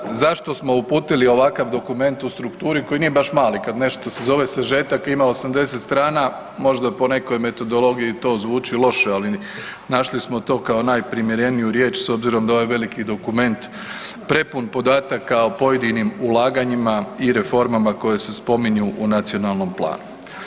Zašto, zašto smo uputili ovakav dokument u strukturi koji nije baš mali, kad nešto se zove sažetak, ima 80 strana možda po nekoj metodologiji to zvuči loše, ali našli smo to kao najprimjereniju riječ s obzirom da ovaj veliki dokument prepun podataka o pojedinim ulaganjima i reformama koje se spominju u nacionalnom planu.